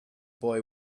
boy